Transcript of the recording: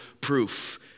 proof